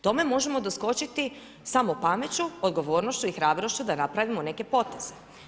Tome možemo doskočiti samo pameću, odgovornošću i hrabrošću da napravimo neke poteze.